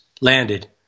landed